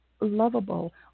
lovable